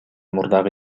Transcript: мурдагы